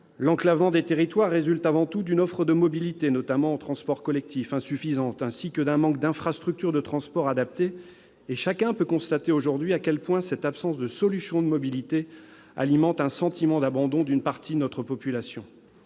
L'enclavement des territoires résulte avant tout d'une offre de mobilité, notamment en transports collectifs, insuffisante, ainsi que d'un manque d'infrastructures de transport adaptées, et chacun peut constater aujourd'hui à quel point cette absence de solution de mobilité alimente un sentiment d'abandon d'une partie de notre population.